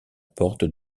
porte